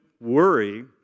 worry